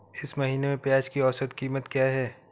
इस महीने में प्याज की औसत कीमत क्या है?